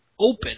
Open